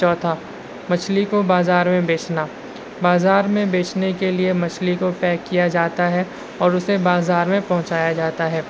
چوتھا مچھلی کو بازار میں بیچنا بازار میں بیچنے کے لیے مچھلی کو پیک کیا جاتا ہے اور اسے بازار میں پہنچایا جاتا ہے